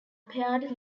paired